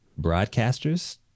broadcasters